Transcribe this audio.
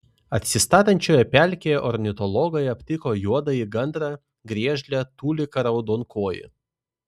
atsistatančioje pelkėje ornitologai aptiko juodąjį gandrą griežlę tuliką raudonkojį